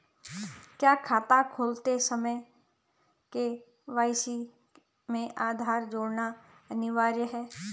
क्या खाता खोलते समय के.वाई.सी में आधार जोड़ना अनिवार्य है?